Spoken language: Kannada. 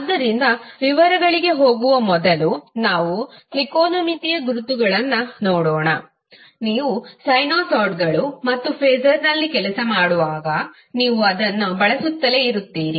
ಆದ್ದರಿಂದ ವಿವರಗಳಿಗೆ ಹೋಗುವ ಮೊದಲು ಕೆಲವು ತ್ರಿಕೋನಮಿತಿಯ ಗುರುತುಗಳನ್ನು ನೋಡೋಣ ನೀವು ಸೈನುಸಾಯ್ಡ್ಗಳು ಮತ್ತು ಫಾಸರ್ನಲ್ಲಿ ಕೆಲಸ ಮಾಡುವಾಗ ನೀವು ಅದನ್ನು ಬಳಸುತ್ತಲೇ ಇರುತ್ತೀರಿ